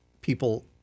people